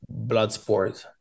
Bloodsport